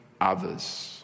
others